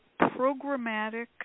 programmatic